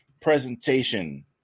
presentation